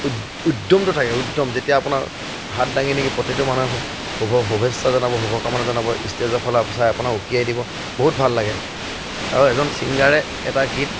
উদ্যমটো থাকে উদ্যম যেতিয়া আপোনাক হাত দাঙি দাঙি প্ৰতিটো মানুহে শুভ শুভেষ্টা জনাব শুভকামানা জনাব ষ্টেজৰ ফালৰপৰা চাই আপোনাক উকিয়াই দিব বহুত ভাল লাগে আৰু এজন ছিংগাৰে এটা গীত